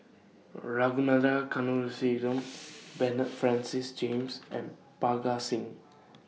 Ragunathar Bernard Francis James and Parga Singh